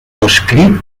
escrit